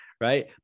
right